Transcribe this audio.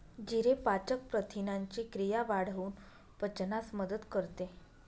जिरे पाचक प्रथिनांची क्रिया वाढवून पचनास मदत करते